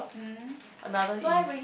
another is